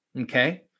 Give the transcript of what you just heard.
Okay